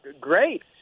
great